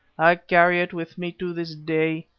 i carry it with me to this day,